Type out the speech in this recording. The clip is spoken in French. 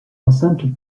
enceinte